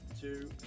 two